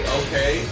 okay